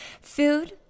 food